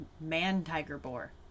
man-tiger-boar